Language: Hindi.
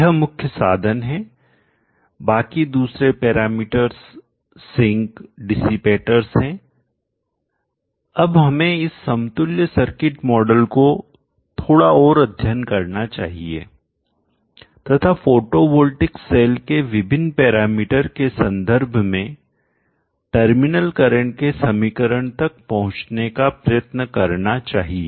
यह मुख्य साधन है बाकी दूसरे पैरामीटर्स सिंक डिसिपेटर्स हैं अब हमें इस समतुल्य सर्किट मॉडल को थोड़ा और अध्ययन करना चाहिए तथा फोटोवोल्टिक सेल के विभिन्न पैरामीटर के संदर्भ में टर्मिनल करंट के समीकरण तक पहुंचने का प्रयत्न करना चाहिए